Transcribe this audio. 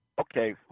Okay